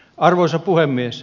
arvoisa puhemies